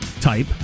type